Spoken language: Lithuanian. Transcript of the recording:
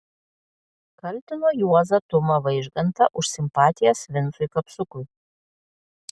kaltino juozą tumą vaižgantą už simpatijas vincui kapsukui